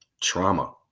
Trauma